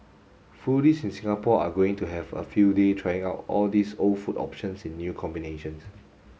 foodies in Singapore are going to have a field day trying out all these old food options in new combinations